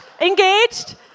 Engaged